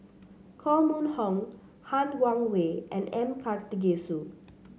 Koh Mun Hong Han Guangwei and M Karthigesu